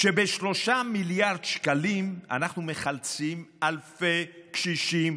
שב-3 מיליארד שקלים אנחנו מחלצים אלפי קשישים,